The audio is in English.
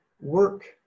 work